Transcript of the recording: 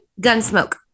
Gunsmoke